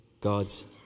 God's